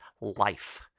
life